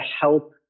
help